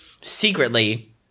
secretly –